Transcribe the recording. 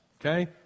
Okay